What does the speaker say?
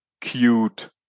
cute